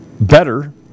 better